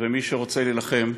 ומי שרוצה להילחם,